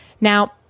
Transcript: Now